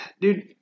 dude